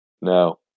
no